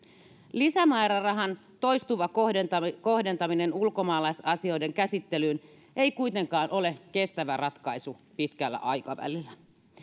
lisämäärärahan toistuva kohdentaminen kohdentaminen ulkomaalaisasioiden käsittelyyn ei kuitenkaan ole kestävä ratkaisu pitkällä aikavälillä